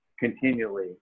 continually